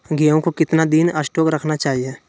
गेंहू को कितना दिन स्टोक रखना चाइए?